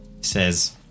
says